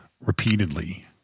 repeatedly